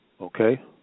Okay